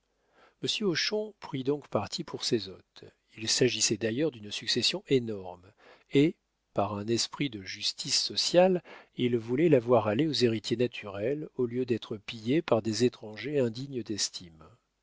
monsieur hochon prit donc parti pour ses hôtes il s'agissait d'ailleurs d'une succession énorme et par un esprit de justice sociale il voulait la voir aller aux héritiers naturels au lieu d'être pillée par des étrangers indignes d'estime